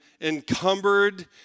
encumbered